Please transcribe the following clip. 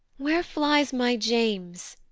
where flies my james?